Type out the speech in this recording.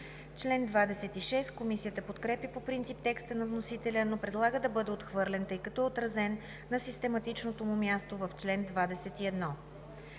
Член 27 – Комисията подкрепя по принцип текста на вносителя, но предлага да бъде отхвърлен, тъй като е отразен на систематичното му място в чл. 21.